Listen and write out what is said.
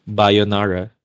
bayonara